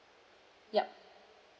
ya